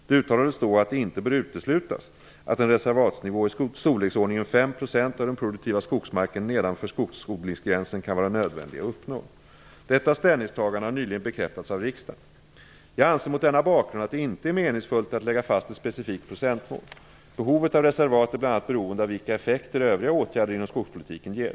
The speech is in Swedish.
Det uttalades då att det inte bör uteslutas att en reservatsnivå i storleksordningen 5 % av den produktiva skogsmarken nedanför skogsodlingsgränsen kan vara nödvändig att uppnå. Detta ställningstagande har nyligen bekräftats av riksdagen. Jag anser mot denna bakgrund att det inte är meningsfullt att lägga fast ett specifikt procentmål. Behovet av reservat är bl.a. beroende av vilka effekter övriga åtgärder inom skogspolitiken ger.